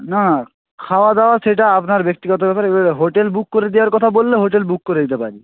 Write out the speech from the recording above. না খাওয়া দাওয়া সেটা আপনার ব্যক্তিগত ব্যাপার এবারে হোটেল বুক করে দেওয়ার কথা বললে হোটেল বুক করে দিতে পারি